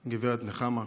גב' נחמה,